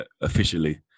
officially